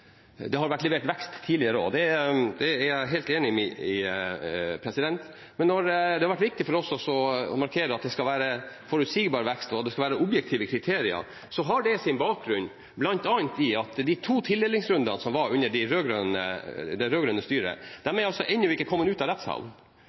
det har vært levert vekst også tidligere. Det er jeg helt enig i. Men når det har vært viktig for oss å markere at det skal være forutsigbar vekst, og at det skal være objektive kriterier, har det sin bakgrunn i bl.a. at de to tildelingsrundene som var under det rød-grønne styret, ennå ikke er kommet ut av